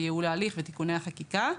ייעול ההליך ותיקוני החקיקה.